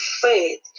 faith